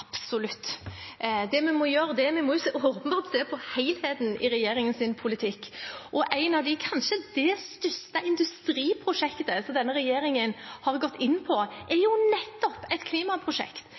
vi må gjøre, er at vi må se på helheten i regjeringens politikk. Et av de største industriprosjektene – kanskje det største – som denne regjeringen har gått inn på, er